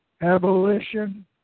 Abolition